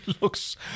looks